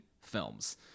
films